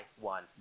one